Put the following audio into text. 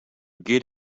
get